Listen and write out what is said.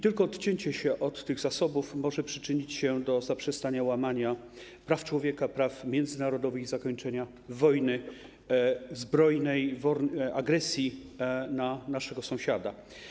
Tylko odcięcie się od tych zasobów może przyczynić się do zaprzestania łamania praw człowieka, praw międzynarodowych i zakończenia wojny zbrojnej, agresji wobec naszego sąsiada.